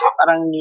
parang